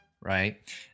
Right